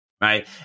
right